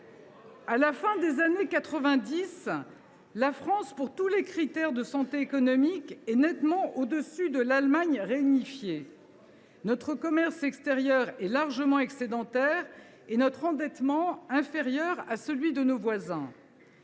À la fin des années 1990, la France, pour tous les critères de santé économique, est nettement au dessus de l’Allemagne réunifiée. Notre commerce extérieur est largement excédentaire et notre endettement inférieur à celui de nos voisins.